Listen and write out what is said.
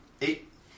eight